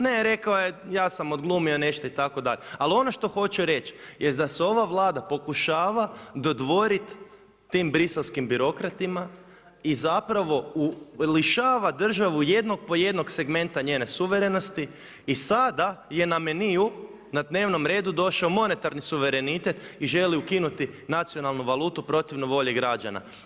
Ne, rekao je ja sam odglumio nešto itd Ali ono što hoću reći jest da se ova vlada pokušava dodvoriti tim briselskim birokratima i zapravo lišava državu jednog po jednog segmenta njene suverenosti i sada je ne meniju na dnevnom redu došao monetarni suverenitet i želi ukinuti nacionalnu valutu protivno volji građana.